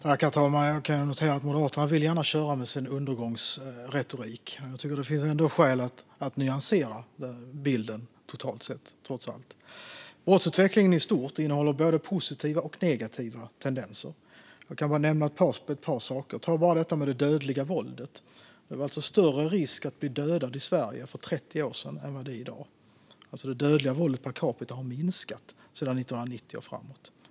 Herr talman! Jag noterar att Moderaterna gärna vill köra med sin undergångsretorik. Jag tycker ändå att det finns skäl att nyansera bilden totalt sett. Brottsutvecklingen i stort innehåller både positiva och negativa tendenser. Jag kan bara nämna ett par saker. Ta bara detta med det dödliga våldet. Det var större risk att bli dödad i Sverige för 30 år sedan än vad det är i dag. Det dödliga våldet per capita har minskat sedan 1990.